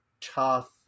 tough